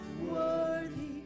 worthy